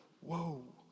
Whoa